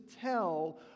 tell